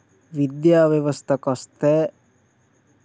విద్యా వ్యవస్థకు వస్తే